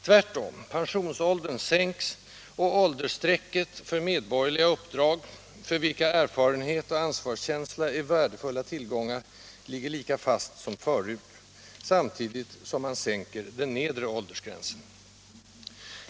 Tvärtom: pensionsåldern sänks, och ”åldersstrecket” för medborgerliga uppdrag — för vilka erfarenhet och ansvarskänsla är värdefulla tillgångar — ligger lika fast som förut, samtidigt som man sänker den nedre åldersgränsen.